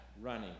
running